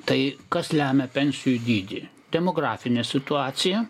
tai kas lemia pensijų dydį demografinė situacija